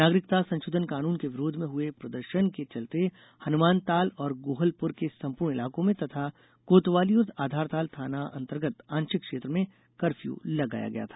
नागरिकता संशोधन कानून के विरोध में हुए प्रदर्शन के चलते हनुमानताल और गोहलपुर के संपूर्ण इलाकों में तथा कोतवाली और आधारताल थाना अर्तगत आंशिक क्षेत्र में कर्फ्यू लगाया गया था